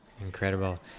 Incredible